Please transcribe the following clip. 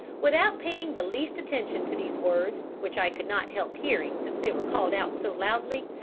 without paying the least attention to these words, which i could not help hearing they were called out so loudly,